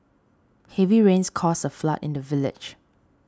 heavy rains caused a flood in the village